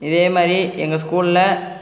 இதே மாதிரி எங்கள் ஸ்கூலில்